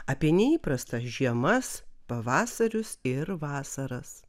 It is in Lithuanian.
apie neįprastas žiemas pavasarius ir vasaras